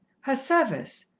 her service,